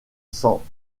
san